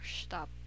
Stop